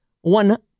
one